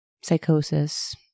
psychosis